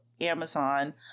Amazon